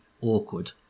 awkward